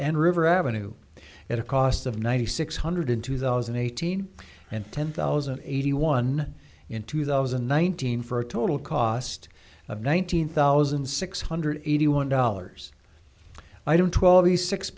and river avenue at a cost of ninety six hundred in two thousand and eighteen and ten thousand and eighty one in two thousand and nineteen for a total cost of nine hundred thousand six hundred eighty one dollars i don't twelve the six